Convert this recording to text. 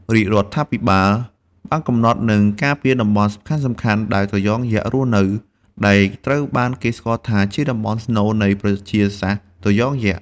រាជរដ្ឋាភិបាលបានកំណត់ និងការពារតំបន់សំខាន់ៗដែលត្រយងយក្សរស់នៅ ដែលត្រូវបានគេស្គាល់ថាជាតំបន់ស្នូលនៃប្រជាសាស្ត្រត្រយងយក្ស។